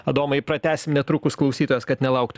adomai pratęsim netrukus klausytojas kad nelauktų